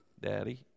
Daddy